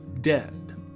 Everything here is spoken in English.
dead